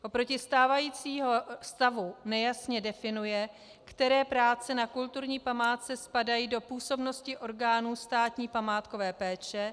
Oproti stávajícímu stavu nejasně definuje, které práce na kulturní památce spadají do působnosti orgánů státní památkové péče.